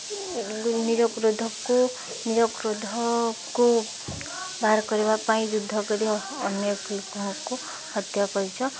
ନିଜ କ୍ରୋଧକୁ ନିଜ କ୍ରୋଧକୁ ବାହାର କରିବା ପାଇଁ ଯୁଦ୍ଧ କରି ଅନେକ ଲୋକଙ୍କୁ ହତ୍ୟା କରିଛ